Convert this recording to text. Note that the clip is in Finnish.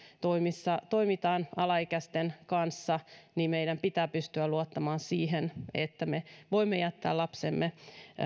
toimissa toimitaan paljon alaikäisten kanssa niin meidän pitää pystyä luottamaan siihen että me voimme jättää lapsemme